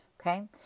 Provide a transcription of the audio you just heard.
okay